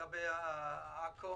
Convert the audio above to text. לגבי עכו: